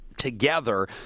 together